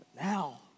now